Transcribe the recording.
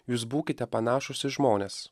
jūs būkite panašūs į žmones